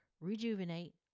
rejuvenate